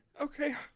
Okay